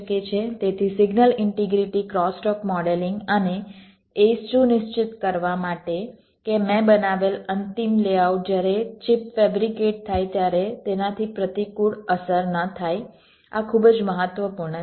તેથી signal integrity crosstalk modelling અને એ સુનિશ્ચિત કરવા માટે કે મેં બનાવેલ અંતિમ લેઆઉટ જ્યારે ચિપ ફેબ્રિકેટ થાય ત્યારે તેનાથી પ્રતિકૂળ અસર ન થાય આ ખૂબ જ મહત્વપૂર્ણ છે